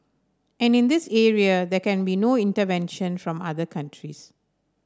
and in this area there can be no intervention from other countries